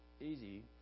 easy